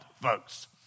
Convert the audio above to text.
folks